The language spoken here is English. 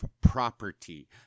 property